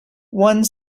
one